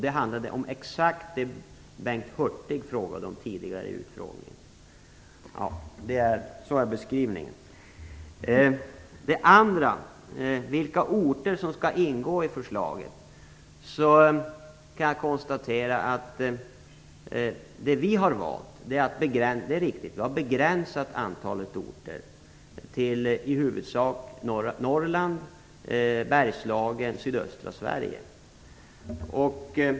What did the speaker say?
Det handlade om exakt det som Bengt Hurtig frågade om tidigare i utfrågningen. När det gäller vilka orter som skall ingå i förslaget kan jag konstatera att vi har valt att begränsa antalet orter till i huvudsak norra Norrland, Bergslagen och sydöstra Sverige.